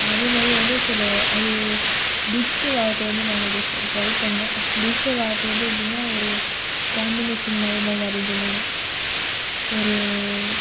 அதே மாதிரி வந்து சில அது டிஜிட்டல் ஆர்ட் வந்து நான் கொஞ்சம் ஜஸ்ட்டு ட்ரை பண்ணிணேன் டிஜிட்டல் ஆர்ட் வந்து எப்படின்னா ஒரு காம்பினேஷன் மாதிரி நான் வரைஞ்சேன் நான் ஒரு